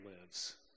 lives